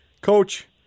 Coach